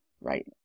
right